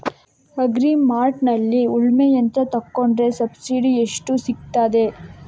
Agri ಮಾರ್ಟ್ನಲ್ಲಿ ಉಳ್ಮೆ ಯಂತ್ರ ತೆಕೊಂಡ್ರೆ ಸಬ್ಸಿಡಿ ಎಷ್ಟು ಸಿಕ್ತಾದೆ?